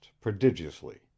prodigiously